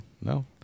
no